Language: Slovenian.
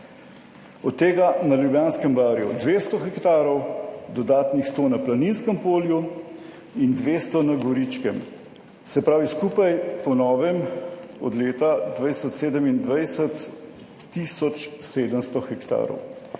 Od tega na Ljubljanskem barju 200 hektarov, dodatnih 100 na Planinskem polju in 200 na Goričkem. Se pravi skupaj po novem od leta 2020-2027 tisoč